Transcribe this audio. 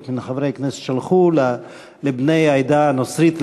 מחברי הכנסת שלחו לבני העדה הנוצרית,